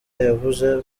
yavuze